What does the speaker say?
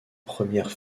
premières